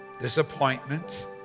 disappointment